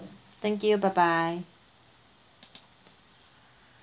thank you bye bye